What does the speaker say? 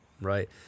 right